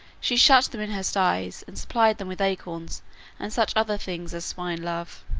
she shut them in her sties and supplied them with acorns and such other things as swine love.